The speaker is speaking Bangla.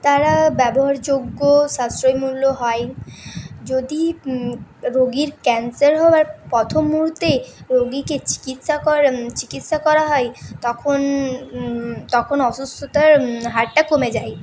তারা ব্যবহারযোগ্য সাশ্রয় মূল্য হয় যদি রোগীর ক্যানসার হওয়ার প্রথম মুহূর্তেই রোগীকে চিকিৎসা করা চিকিৎসা করা হয় তখন তখন অসুস্থতার হারটা কমে যায়